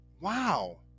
wow